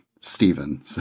Stephen